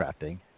crafting